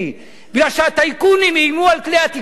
כי הטייקונים איימו על כלי התקשורת